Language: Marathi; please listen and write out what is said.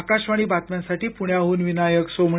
आकाशवाणी बातम्यांसाठी पुण्याहून विनायक सोमणी